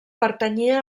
pertanyia